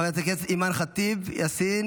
חברת הכנסת אימאן ח'טיב יאסין